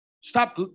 Stop